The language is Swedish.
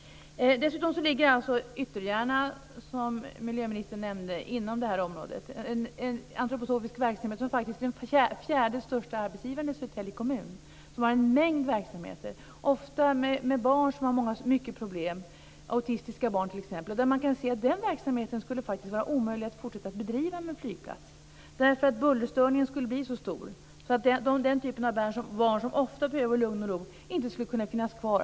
Dessutom ligger alltså Ytterjärna, som miljöministern nämnde, inom detta område - en antroposofisk verksamhet som faktiskt är den fjärde största arbetsgivaren i Södertälje kommun. Man har där en mängd verksamheter, ofta för barn som har mycket problem, t.ex. autistiska barn. Det skulle vara omöjligt att fortsätta bedriva den verksamheten vid en flygplats, därför att bullerstörningen skulle bli så stor att den typen av barn, som ofta behöver lugn och ro, inte skulle kunna vara kvar.